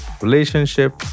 relationship